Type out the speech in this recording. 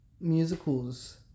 musicals